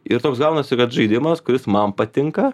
ir toks gaunasi kad žaidimas kuris man patinka